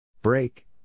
Break